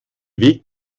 weg